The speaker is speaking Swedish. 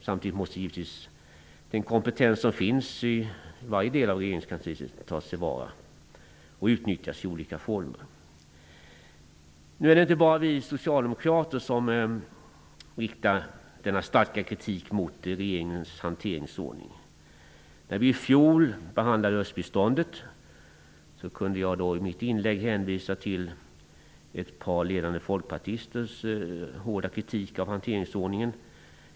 Samtidigt måste givetvis den kompetens som finns i varje del av regeringskansliet tas till vara och utnyttjas i olika former. Det är inte bara vi socialdemokrater som riktar denna starka kritik mot regeringens hanteringsordning. När vi i fjol behandlade östbiståndet kunde jag i mitt inlägg hänvisa till ett par ledande folkpartisters hårda kritik av hanteringsordningen.